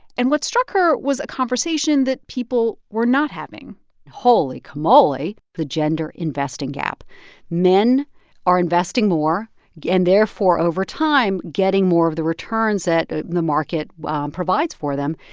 and what struck her was a conversation that people were not having holy camoly, the gender investing gap men are investing more yeah and, therefore, over time, getting more of the returns that the market provides for them.